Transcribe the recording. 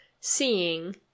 seeing